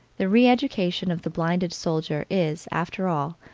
the re-education of the blinded soldier is, after all,